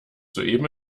soeben